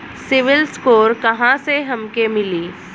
CIBIL score कहाँसे हमके मिली?